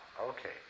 okay